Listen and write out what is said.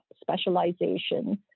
specialization